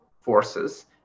forces